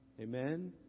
Amen